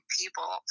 people